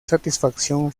satisfacción